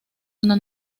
una